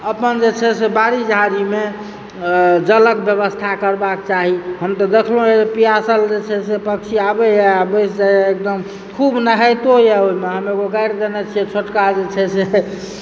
अपन जे छै से बाड़ी झाड़ीमे जलक व्यवस्था करबाक चाही हम तऽ देखलहुँ यऽ पियासल जे छै से पक्षी आबैए आ बैस जाइए एकदम खूब नहैतो यऽ ओहिमे हम एगो गारि देने छिऐ छोटका जे छै से